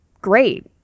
great